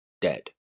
dead